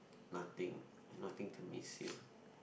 nothing I nothing to miss here